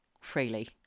freely